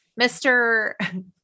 Mr